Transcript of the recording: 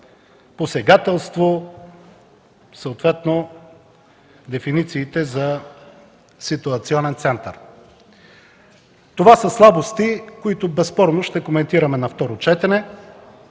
„посегателство” и съответно – дефинициите за „ситуационен център”. Това са слабости, които безспорно ще коментираме на второ четене.